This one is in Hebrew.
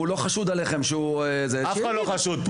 הוא לא חשוד עליכם שהוא -- אף אחד לא חשוד פה.